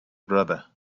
brother